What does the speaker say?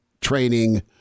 training